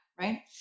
right